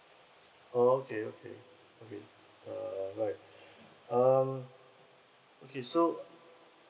orh okay okay okay uh right um okay so